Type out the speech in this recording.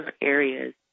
areas